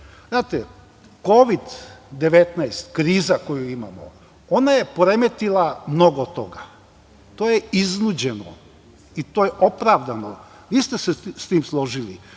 više. Znate, Kovid 19, kriza koju imamo, ona je poremetila mnogo toga. To je iznuđeno i to je opravdano. Vi ste se sa tim složili.